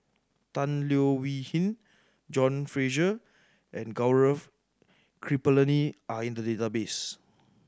Tan Leo Wee Hin John Fraser and Gaurav Kripalani are in the database